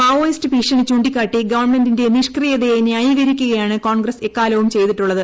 Maoist ഭീഷണി ചൂണ്ടിക്കാട്ടി ഗവണ്മെന്റിന്റെ നിഷ്ക്രിയതയെ ന്യായീകരിക്കുകയാണ് കോൺഗ്രസ് എക്കാലവും ചെയ്തിട്ടുള്ളത്